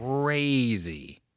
crazy